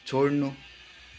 छोड्नु